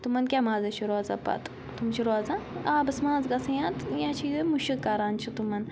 تِمَن کیٛاہ مَزٕے چھِ روزان پَتہٕ تِم چھِ روزان آبَس منٛز گژھان یا چھِ یہِ مُشک کَران چھِ تِمَن